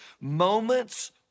moments